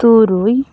ᱛᱩᱨᱩᱭ